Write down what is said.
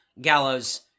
Gallows